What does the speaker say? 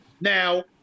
Now